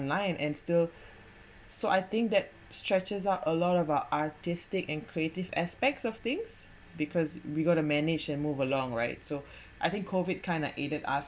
nine and still so I think that stretches are a lot about our artistic and creative aspects of things because we got to manage and move along right so I think COVID kind of aided us